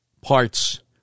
parts